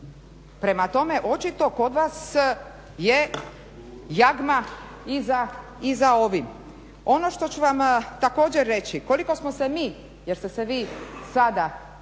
Prema tome, očito kod vas je jagma i za ovim. Ono što ću vam također reći, koliko smo se mi, jer ste se vi sada